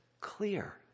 clear